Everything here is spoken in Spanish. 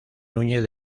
núñez